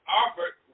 offered